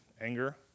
anger